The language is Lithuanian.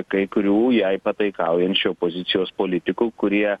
kai kurių jai pataikaujančių opozicijos politikų kurie